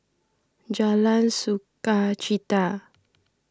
Jalan Sukachita